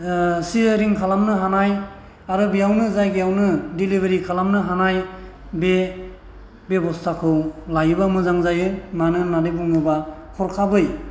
caesarean खालामनो हानाय आरो बेयावनो जायगायावनो डिलिभारि खालामनो हानाय बे बेब'स्थाखौ लायोबा मोजां जायो मानो होननानै बुङोबा हरखाबै